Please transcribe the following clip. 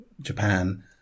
Japan